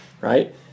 right